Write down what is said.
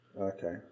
Okay